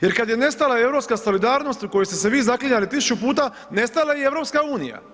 Jer kad je nestala europska solidarnost u koju ste se vi zaklinjali 1000 puta, nestala je u EU.